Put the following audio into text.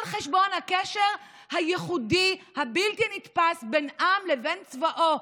על חשבון הקשר הייחודי הבלתי-נתפס בין עם לבין צבאו.